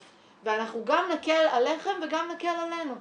ואנחנו גם נקל עליכם וגם נקל עלינו.